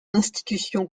institution